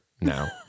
now